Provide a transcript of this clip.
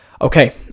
Okay